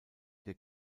der